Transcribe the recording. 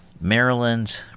Maryland